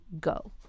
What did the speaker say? go